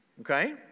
Okay